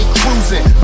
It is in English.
cruising